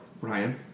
Ryan